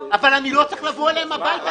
אבל אני לא צריך לבוא אליהם הביתה.